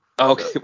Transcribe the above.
Okay